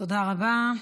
תודה רבה.